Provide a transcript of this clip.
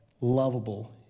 lovable